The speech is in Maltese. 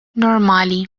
normali